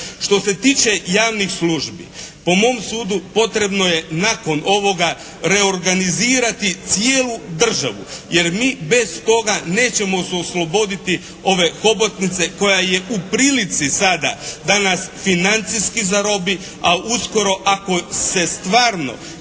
Što se tiče javnih službi, po mom sudu potrebno je nakon ovoga reorganizirati cijelu državu jer mi bez toga nećemo se osloboditi ove hobotnice koja je u prilici sada da nas financijski zarobi, a uskoro ako se stvarno